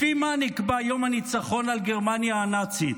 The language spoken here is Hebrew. לפי מה נקבע יום הניצחון על גרמניה הנאצית?